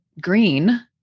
green